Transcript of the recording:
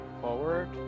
forward